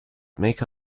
make